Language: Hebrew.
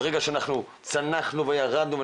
ברגע שאנחנו צנחנו וירדנו,